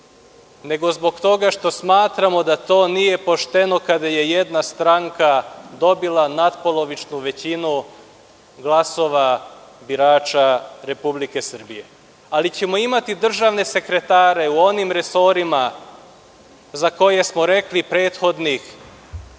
nego zbog toga što smatramo da to nije pošteno kada je jedna stranka dobila natpolovičnu većinu glasova birača Republike Srbije. Ali, imaćemo državne sekretare u onim resorima za koje smo rekli prethodnih